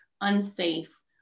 unsafe